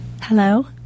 Hello